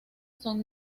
son